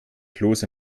kloß